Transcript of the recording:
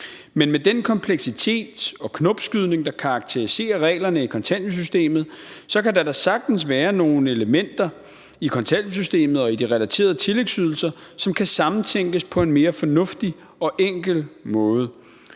Men med den kompleksitet og knopskydning, der karakteriserer reglerne i kontanthjælpssystemet, kan der da sagtens være nogle elementer i kontanthjælpssystemet og i de relaterede tillægsydelser, som kan sammentænkes på en mere fornuftig og enkel måde.